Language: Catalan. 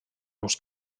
uns